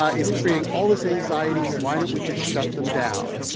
ah it's creating all this anxiety. why don't we just shut them down?